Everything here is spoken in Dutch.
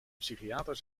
psychiater